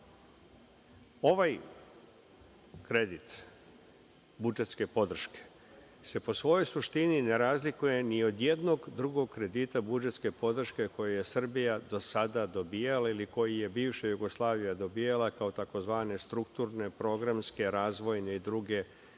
ovaj kredit budžetske podrške se po svojoj suštini ne razlikuje ni od jednog drugog kredita budžetske podrške koji je Srbija do sada dobijala ili koji je bivša Jugoslavija dobijala kao tzv. strukturne, programske, razvojne i druge kredite